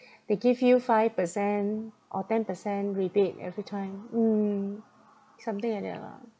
they give you five percent or ten percent rebate every time mm something like that lah